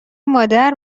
مادر